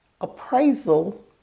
appraisal